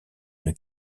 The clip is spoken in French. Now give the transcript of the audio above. une